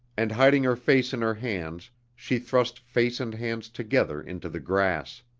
and hiding her face in her hands she thrust face and hands together into the grass.